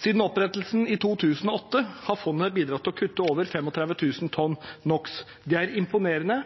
Siden opprettelsen i 2008 har fondet bidratt til å kutte over 35 000 tonn NO x . Det er imponerende.